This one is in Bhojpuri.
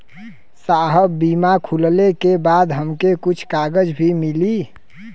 साहब बीमा खुलले के बाद हमके कुछ कागज भी मिली?